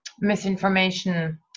misinformation